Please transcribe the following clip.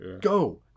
go